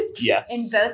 Yes